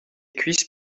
cuisses